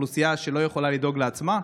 אוכלוסייה שלא יכולה לדאוג לעצמה,